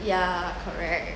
ya correct